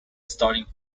starting